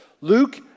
Luke